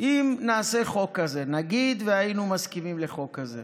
אם נעשה חוק כזה, נגיד שהיינו מסכימים לחוק כזה